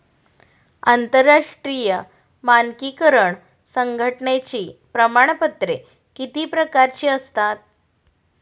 आंतरराष्ट्रीय मानकीकरण संघटनेची प्रमाणपत्रे किती प्रकारची असतात?